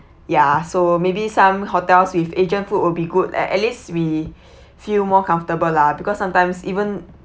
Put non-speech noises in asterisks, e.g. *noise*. ya so maybe some hotels with asian food will be good at at least we *breath* feel more comfortable lah because sometimes even